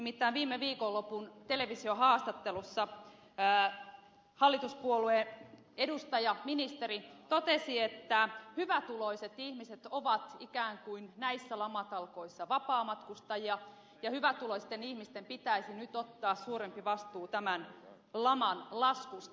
nimittäin viime viikonlopun televisiohaastattelussa hallituspuolueen edustaja ministeri totesi että hyvätuloiset ihmiset ovat ikään kuin näissä lamatalkoissa vapaamatkustajia ja hyvätuloisten ihmisten pitäisi nyt ottaa suurempi vastuu tämän laman laskusta